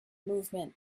movement